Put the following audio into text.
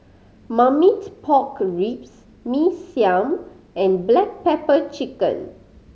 Marmite Pork Ribs Mee Siam and black pepper chicken